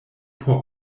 por